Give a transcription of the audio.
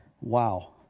Wow